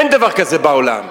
אין דבר כזה בעולם,